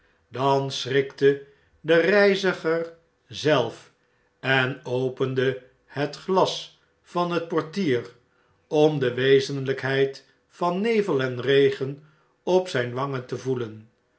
dan schrikte nachtschaduwen de reiziger zelf en opende het glas van het portier om de wezenlijkheid van nevel en regen op zyne wangen te voelen